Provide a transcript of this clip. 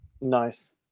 Nice